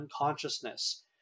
unconsciousness